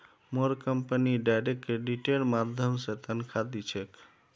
मोर company direct क्रेडिटेर माध्यम स तनख़ा दी छेक